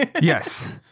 Yes